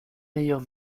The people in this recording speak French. meilleure